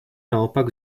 naopak